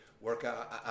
workout